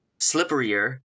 slipperier